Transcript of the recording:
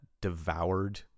devoured